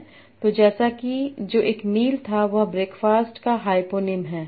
तो जैसा कि जो एक मील था वह ब्रेकफास्ट का हाइपोनिम है